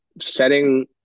setting